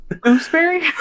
Gooseberry